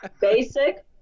Basic